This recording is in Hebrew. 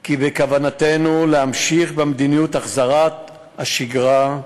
כי בכוונתנו להמשיך במדיניות החזרת השגרה,